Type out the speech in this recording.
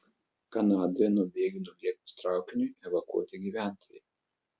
kanadoje nuo bėgių nulėkus traukiniui evakuoti gyventojai